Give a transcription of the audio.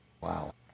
Wow